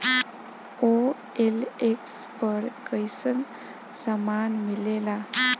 OLX पर कइसन सामान मीलेला?